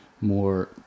more